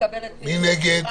מי נגד?